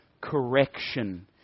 correction